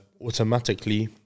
automatically